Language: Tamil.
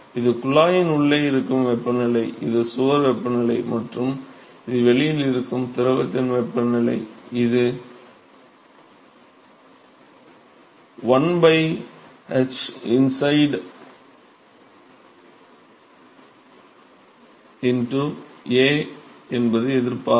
இது குழாயின் உள்ளே இருக்கும் வெப்பநிலை இது சுவர் வெப்பநிலை மற்றும் இது வெளியில் இருக்கும் திரவத்தின் வெப்பநிலை இது 1 h outside A என்பது எதிர்ப்பாகும்